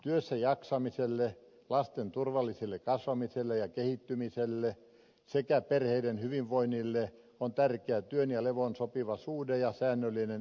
työssäjaksamiselle lasten turvalliselle kasvamiselle ja kehittymiselle sekä perheiden hyvinvoinnille on tärkeää työn ja levon sopiva suhde ja säännöllinen elämänrytmi